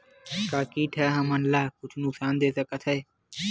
का कीट ह हमन ला कुछु नुकसान दे सकत हे?